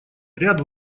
ряд